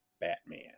Batman